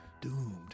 doomed